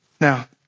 Now